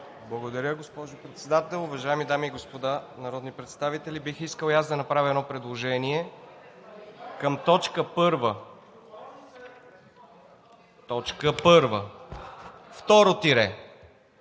Благодаря, госпожо Председател. Уважаеми дами и господа народни представители, бих искал и аз да направя едно предложение: към т. 1 – второ тире